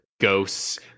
ghosts